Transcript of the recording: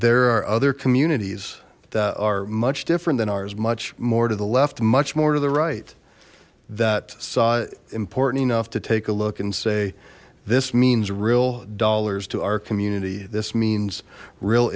there are other communities that are much different than ours much more to the left much more to the right that saw important enough to take a look and say this means real dollars to our community this means real